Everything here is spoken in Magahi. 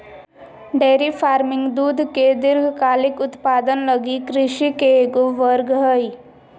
डेयरी फार्मिंग दूध के दीर्घकालिक उत्पादन लगी कृषि के एगो वर्ग हइ